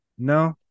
No